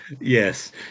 yes